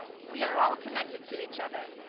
we are all connected to each other.